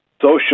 social